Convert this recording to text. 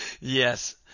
Yes